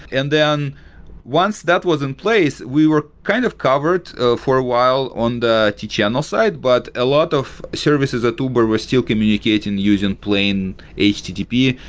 and then once that was in place, we were kind of covered for a while on the t-channel side, but a lot of services at uber was still communicating using plain http.